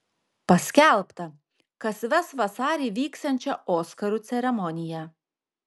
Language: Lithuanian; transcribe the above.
paskelbta kas ves vasarį vyksiančią oskarų ceremoniją